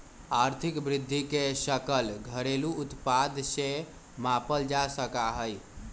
आर्थिक वृद्धि के सकल घरेलू उत्पाद से मापल जा सका हई